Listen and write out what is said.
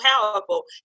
powerful